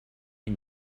and